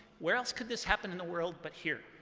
where else could this happen in the world but here,